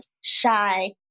shy